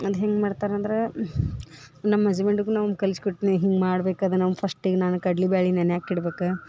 ಅದು ಹೆಂಗೆ ಮಾಡ್ತರಂದ್ರಾ ನಮ್ಮ ಹಸ್ಬೆಂಡ್ಗೂ ನಾ ಅವ್ನ ಕಲ್ಸಿ ಕೊಟ್ನೆ ಹಿಂಗೆ ಮಾಡ್ಬೇಕು ಅದನ್ನ ಪಸ್ಟಿಗೆ ನಾನು ಕಡ್ಲಿ ಬ್ಯಾಳಿ ನೆನೆಯಕ್ಕೆ ಇಡ್ಬೇಕು